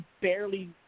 barely